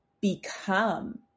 become